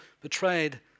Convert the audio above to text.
betrayed